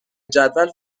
جدول